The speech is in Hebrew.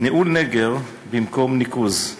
"ניהול נֶגֶר" במקום "ניקוז".